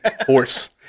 horse